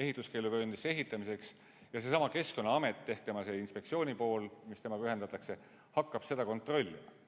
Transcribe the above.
ehituskeeluvööndisse ehitamiseks ja seesama Keskkonnaamet ehk tema inspektsiooni pool, mis temaga ühendatakse, hakkab seda kontrollima.